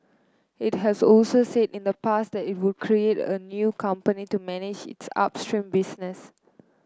it has also said in the past that it would create a new company to manage its upstream business